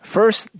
First